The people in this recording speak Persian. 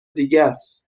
دیگس